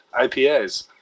IPAs